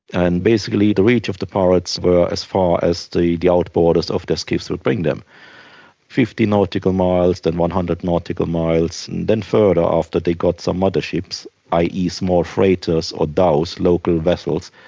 and basically the reach of the pirates were as far as the the outboarders of their skiffs would bring them fifty nautical miles, then one hundred nautical miles, and then further after they got some other ships, i. e. small freighters or dhows, local vessels,